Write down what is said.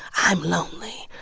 i'm lonely.